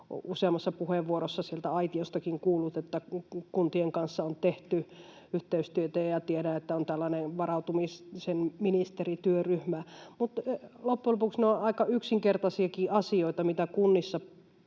useammassa puheenvuorossa sieltä aitiostakin kuullut, että kuntien kanssa on tehty yhteistyötä, ja tiedän, että on tällainen varautumisen ministerityöryhmä, mutta loppujen lopuksi ne ovat aika yksinkertaisiakin asioita, mistä kunnissa